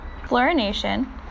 Fluorination